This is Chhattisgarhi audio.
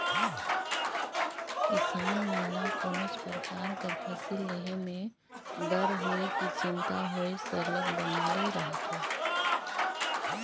किसान मन ल कोनोच परकार कर फसिल लेहे में डर होए कि चिंता होए सरलग बनले रहथे